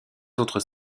autres